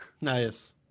nice